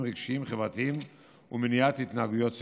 רגשיים-חברתיים ומניעת התנהגויות סיכון,